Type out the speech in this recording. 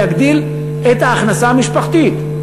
זה יגדיל את ההכנסה המשפחתית.